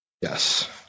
Yes